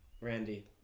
Randy